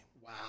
Wow